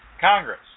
Congress